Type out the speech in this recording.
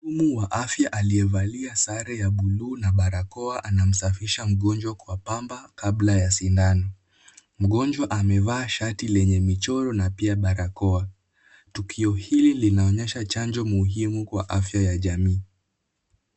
Mhudumu wa afya aliyevalia sare ya bluu na barakoa anamsafisha mgonjwa kwa pamba kabla ya sindano. Mgonjwa amevaa shati lenye michoro na pia barakoa. Tukio hili linaonyesha chanjo muhimu kwa afya ya jamii.